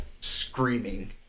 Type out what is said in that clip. screaming